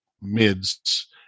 mids